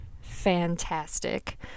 fantastic